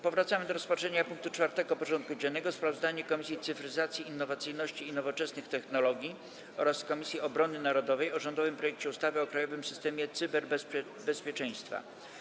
Powracamy do rozpatrzenia punktu 4. porządku dziennego: Sprawozdanie Komisji Cyfryzacji, Innowacyjności i Nowoczesnych Technologii oraz Komisji Obrony Narodowej o rządowym projekcie ustawy o krajowym systemie cyberbezpieczeństwa.